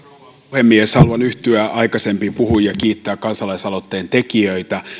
puhemies haluan yhtyä aikaisempiin puhujiin ja kiittää kansalaisaloitteen tekijöitä